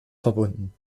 verbunden